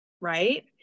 right